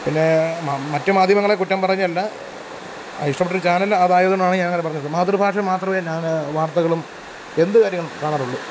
പിന്നേ മ മറ്റു മാധ്യമങ്ങളെ കുറ്റം പറഞ്ഞതല്ല ഇഷ്ടപ്പെട്ടൊരു ചാനൽ അതായതു കൊണ്ടാണ് ഞാൻ അങ്ങനെ പറഞ്ഞത് മാതൃഭാഷ മാത്രമേ ഞാൻ വാർത്തകളും എന്തു കാര്യങ്ങളും കാണാറുള്ളു